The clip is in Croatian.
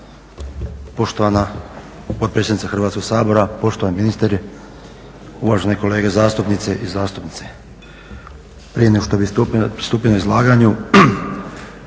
Poštovana potpredsjednice Hrvatskog sabora, poštovani ministre, uvažene kolege zastupnice i zastupnici prije nego bi pristupio izlaganju